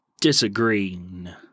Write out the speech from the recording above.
Disagreeing